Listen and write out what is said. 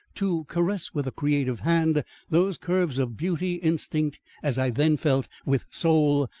to caress with a creative hand those curves of beauty instinct, as i then felt, with soul,